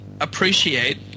appreciate